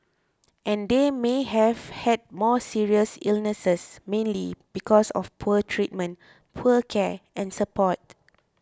and they may have had more serious illnesses mainly because of poor treatment poor care and support